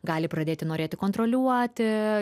gali pradėti norėti kontroliuoti